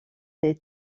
des